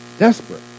Desperate